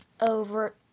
over